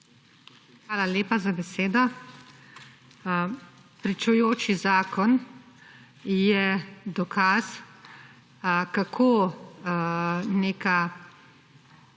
Hvala lepa za besedo. Pričujoči zakon je dokaz, kako neka